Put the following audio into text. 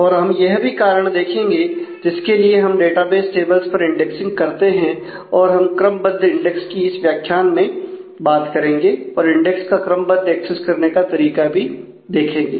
और हम यह भी कारण देखेंगे जिसके लिए हम डेटाबेस टेबल्स पर इंडेक्सिंग करते हैं और हम क्रमबद्ध इंडेक्स कि इस व्याख्यान में बात करेंगे और इंडेक्स का क्रमबद्ध एक्सेस करने का तरीका भी देखेंगे